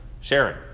sharing